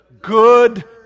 Good